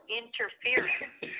interference